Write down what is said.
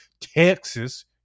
Texas